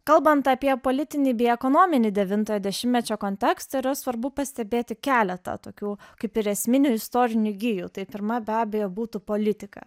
kalbant apie politinį bei ekonominį devintojo dešimtmečio kontekstą yra svarbu pastebėti keletą tokių kaip ir esminių istorinių gijų tai pirma be abejo būtų politika